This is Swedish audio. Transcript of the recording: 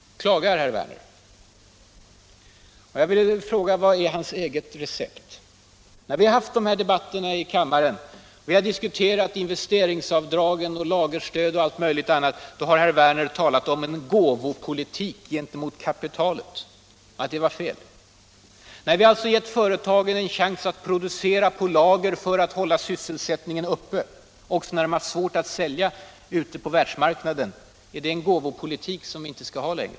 Nu klagar herr Werner. Jag vill fråga: Vad är hans eget recept? När vi har haft de här debatterna i kammaren, när vi har diskuterat investeringsavdrag och lagerstöd och allt möjligt annat, då har herr Werner talat om en ”gåvopolitik” gentemot kapitalet, och att sådant är fel. När vi alltså ger företagen en chans att producera på lager för att hålla sysselsättningen uppe också när de har svårt att sälja ute på världsmarknaden — är det en gåvopolitik som vi inte skall ha längre?